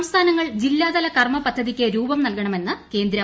സംസ്ഥാനങ്ങൾ ജില്ലാതല കർമ്മപദ്ധതിക്ക് രൂപം നൽകണമെന്ന് കേന്ദ്രം